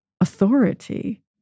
authority